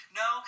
no